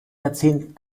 jahrzehnten